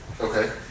Okay